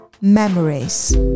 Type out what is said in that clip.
memories